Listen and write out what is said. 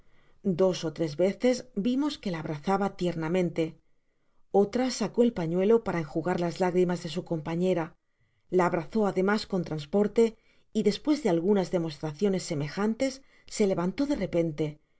dos ó tres veces vimos que la abrazaba tiernamente otra sacó el pañuelo para enjugar las lágrimas de su companera la abrazó además con transporte y despues de algunas demostraciones semejantes se levantó de repente